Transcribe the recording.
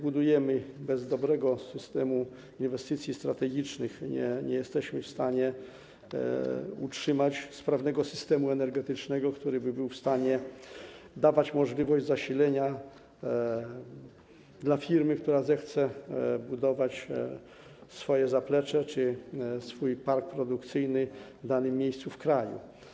Bez dobrego systemu inwestycji strategicznych nie zbudujemy ani nie jesteśmy w stanie utrzymać sprawnego systemu energetycznego, który dawałby możliwość zasilenia dla firmy, która zechce budować swoje zaplecze czy swój park produkcyjny w danym miejscu w kraju.